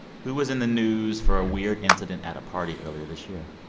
who was in the news for a weird incident at a party earlier this year?